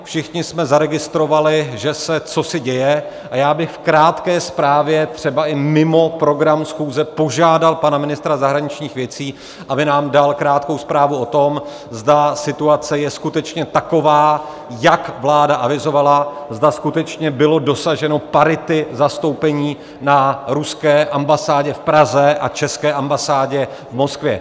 Všichni jste zaregistrovali, že se cosi děje, a já bych v krátké zprávě, třeba i mimo program schůze, požádal pan ministra zahraničních věcí, aby nám dal krátkou zprávu o tom, zda situace je skutečně taková, jak vláda avizovala, zda skutečně bylo dosaženo parity zastoupení na ruské ambasádě v Praze a české ambasádě v Moskvě.